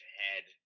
head